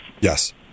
Yes